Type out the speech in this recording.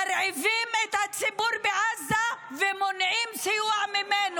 מרעיבים את הציבור בעזה ומונעים ממנו סיוע.